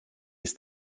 ist